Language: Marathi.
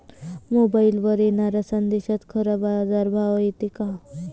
मोबाईलवर येनाऱ्या संदेशात खरा बाजारभाव येते का?